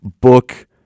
book